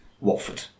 Watford